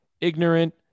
ignorant